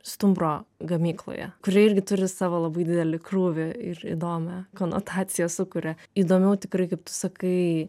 stumbro gamykloje kuri irgi turi savo labai didelį krūvį ir įdomią konotaciją sukuria įdomių tikrai kaip tu sakai